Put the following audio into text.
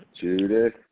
Judith